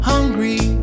Hungry